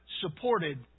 supported